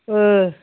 ओं